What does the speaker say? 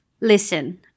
Listen